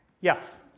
Yes